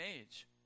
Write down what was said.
age